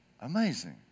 Amazing